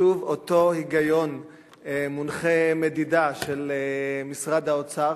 שוב אותו היגיון מונחה מדידה של משרד האוצר,